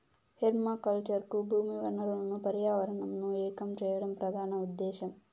permaculture కు భూమి వనరులను పర్యావరణంను ఏకం చేయడం ప్రధాన ఉదేశ్యం